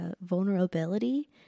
vulnerability